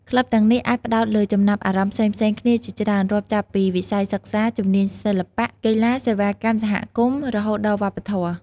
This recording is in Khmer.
ក្លឹបទាំងនេះអាចផ្តោតលើចំណាប់អារម្មណ៍ផ្សេងៗគ្នាជាច្រើន រាប់ចាប់ពីវិស័យសិក្សា ជំនាញសិល្បៈ កីឡា សេវាកម្មសហគមន៍ រហូតដល់វប្បធម៌។